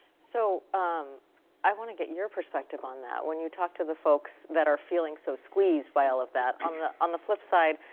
so um i want to get your perspective on that. when you talk to the folks that are feeling so squeezed by all of that, um on the flip side,